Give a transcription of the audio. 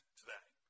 today